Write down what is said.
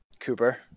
Cooper